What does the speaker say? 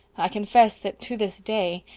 i confess that, to this day,